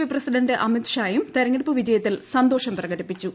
P president അമിത്ഷായും തെരഞ്ഞെടുപ്പ് വിജയത്തിൽ സന്തോഷം പ്രകടിപ്പിച്ചു